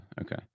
okay